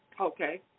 Okay